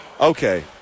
Okay